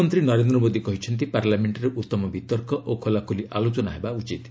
ପ୍ରଧାନମନ୍ତ୍ରୀ ନରେନ୍ଦ୍ର ମୋଦି କହିଛନ୍ତି ପାର୍ଲାମେଷ୍ଟରେ ଉତ୍ତମ ବିତର୍କ ଓ ଖୋଲାଖୋଲି ଆଲୋଚନା ହେବା ଉଚିତ୍